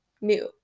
new